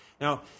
Now